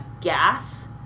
gas